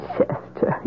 Chester